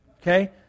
Okay